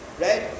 right